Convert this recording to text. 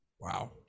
Wow